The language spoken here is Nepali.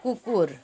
कुकुर